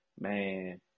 Man